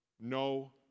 no